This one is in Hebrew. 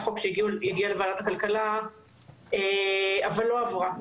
חוק שהגיעה לוועדת הכלכלה אבל לא עברה.